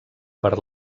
per